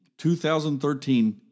2013